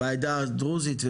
בעדה הדרוזית,